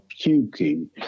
puking